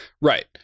Right